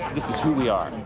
this is who we are.